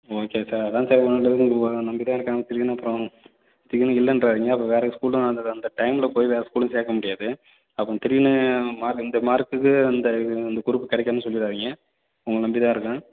okay sir அதான் sir உங்களை நம்பி தான் இருக்கேன் திடீர்னு அப்புறம் திடீர்னு இல்லன்றாதீங்க அப்போ வேறு ஸ்கூலும் அந்த அந்த டைம்மில் போய் வேறு ஸ்கூலும் சேர்க்க முடியாது அப்புறம் திடீர்னு மார்க் இந்த மார்க்குக்கு இந்த இந்த குரூப்பு கிடைக்காதுன்னு சொல்லிடாதீங்க உங்களை நம்பி தான் இருக்கேன்